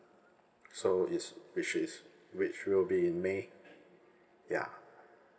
so is which is which will be in may ya